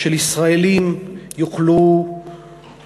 של ישראלים יוכלו